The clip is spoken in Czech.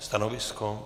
Stanovisko?